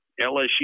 LSU